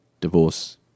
divorce